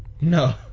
No